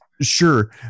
Sure